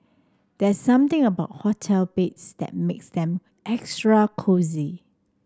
there's something about hotel beds that makes them extra cosy